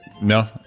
No